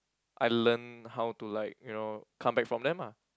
I learn how to like you know come back from them ah